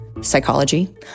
psychology